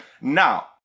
Now